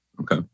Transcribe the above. Okay